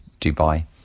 Dubai